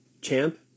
champ